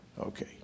Okay